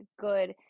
good